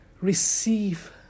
receive